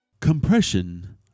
Compression